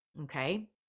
Okay